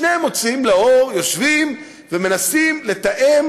שני מוציאים לאור יושבים ומנסים לתאם